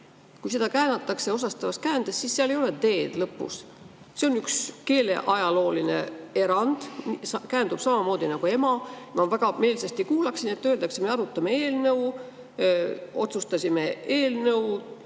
Kui seda käänatakse, öeldakse osastavas käändes, siis seal ei ole d‑tähte lõpus. See on üks keeleajalooline erand, käändub samamoodi nagu "ema". Ma väga meelsasti kuulaksin, et öeldakse: "Me arutame eelnõu", "Otsustasime eelnõu